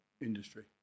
industry